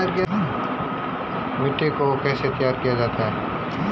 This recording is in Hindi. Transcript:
मिट्टी को कैसे तैयार किया जाता है?